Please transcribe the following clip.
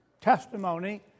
testimony